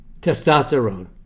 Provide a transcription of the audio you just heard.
Testosterone